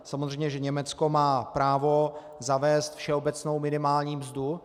Samozřejmě že Německo má právo zavést všeobecnou minimální mzdu.